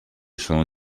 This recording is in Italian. sono